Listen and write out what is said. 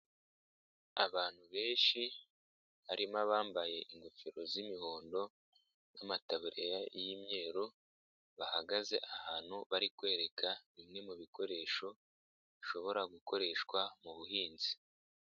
Abantu benshi harimo abambaye ingofero z'imihondo n'amataburiya y'imyeru, bahagaze ahantu bari kwereka bimwe mu bikoresho bishobora gukoreshwa mu buhinzi.